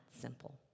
simple